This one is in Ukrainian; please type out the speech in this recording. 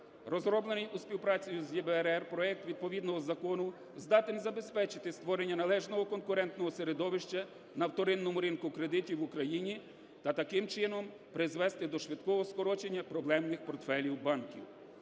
Розроблений у співпраці з ЄБРР, проект відповідного закону здатен забезпечити створення належного конкурентного середовища на вторинному ринку кредитів в Україні та таким чином призвести до швидкого скорочення проблемних портфелів банків.